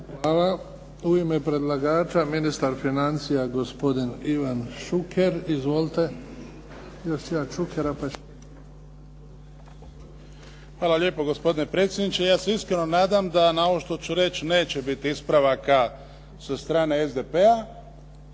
Hvala. U ime predlagača, ministar financija gospodin Ivan Šuker. Izvolite. **Šuker, Ivan (HDZ)** Hvala lijepo gospodine predsjedniče. Ja se iskreno nadam da na ovo što ću reći da neće biti ispravaka sa strane SDP-a.